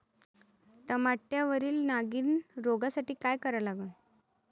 टमाट्यावरील नागीण रोगसाठी काय करा लागन?